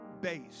base